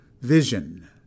Vision